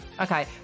Okay